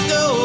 go